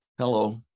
Hello